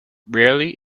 rarely